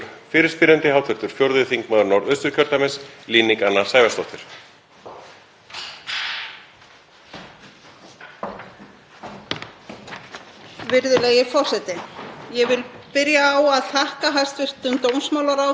Virðulegi forseti. Ég vil byrja á að þakka hæstv. dómsmálaráðherra fyrir að koma hingað og ræða fyrirspurn mína varðandi rafræna stjórnsýslu Útlendingastofnunar við móttöku og afgreiðslu umsókna.